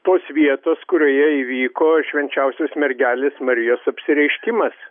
tos vietos kurioje įvyko švenčiausios mergelės marijos apsireiškimas